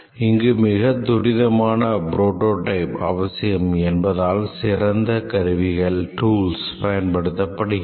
இங்கு மிக துரிதமான புரோடோடைப் அவசியம் என்பதால் சிறந்த கருவிகள் பயன்படுத்தப்படுகிறது